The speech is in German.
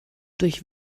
durch